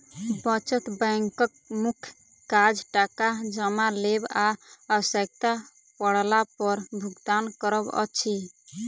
बचत बैंकक मुख्य काज टाका जमा लेब आ आवश्यता पड़ला पर भुगतान करब अछि